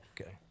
Okay